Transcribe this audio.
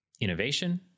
innovation